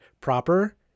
proper